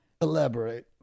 Elaborate